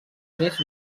més